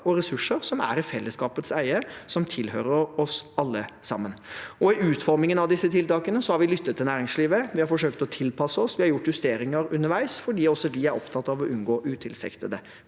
og ressurser som er i fellesskapets eie, som tilhører oss alle sammen. I utformingen av disse tiltakene har vi lyttet til næringslivet. Vi har forsøkt å tilpasse oss, vi har gjort justeringer underveis, for også vi er opptatt av å unngå utilsiktede